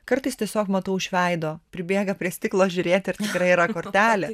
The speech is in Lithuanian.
kartais tiesiog matau iš veido pribėga prie stiklo žiūrėti ar tikrai yra kortelė